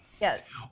Yes